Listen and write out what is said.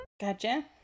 Gotcha